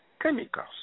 chemicals